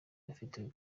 bafite